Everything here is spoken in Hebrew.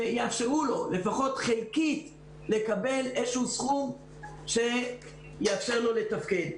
שיאפשרו לו לפחות חלקית לקבל איזה סכום שיאפשר לו לתפקד.